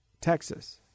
Texas